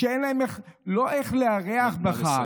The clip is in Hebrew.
שאין להן איך לארח בחג,